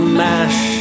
mash